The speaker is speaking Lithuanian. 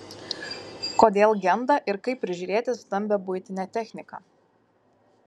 kodėl genda ir kaip prižiūrėti stambią buitinę techniką